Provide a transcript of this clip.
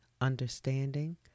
understanding